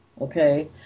okay